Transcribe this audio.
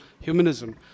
humanism